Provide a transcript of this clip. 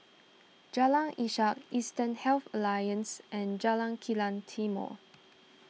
Jalan Ishak Eastern Health Alliance and Jalan Kilang Timor